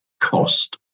cost